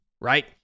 right